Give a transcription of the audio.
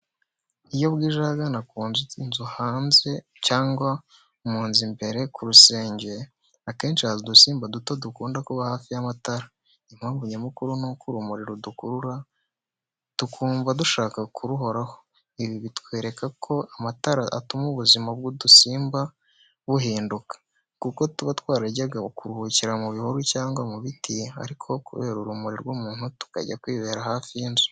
Iyo bwije, ahagana ku nzu hanze cyangwa no mu nzu imbere ku rusenge, akenshi haza udusimba duto dukunda kuba hafi y’amatara. Impamvu nyamukuru ni uko urumuri rudukurura, tukumva dushaka kuruhoraho. Ibi bitwereka ko amatara atuma ubuzima bw’udusimba buhinduka, kuko tuba twarajyaga kuruhukira mu bihuru cyangwa mu biti, ariko kubera urumuri rw’umuntu, tukajya kwibera hafi y’inzu.